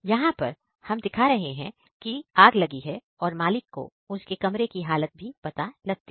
यहां पर हम दिखा रहे हैं कि आज लगी है और मालिक को उनके कमरे की हालत भी पता लगती है